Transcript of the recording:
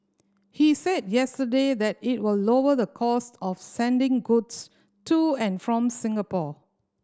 he said yesterday that it will lower the cost of sending goods to and from Singapore